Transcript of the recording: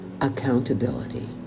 accountability